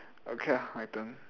okay lah my turn